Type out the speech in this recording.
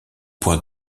point